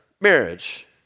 marriage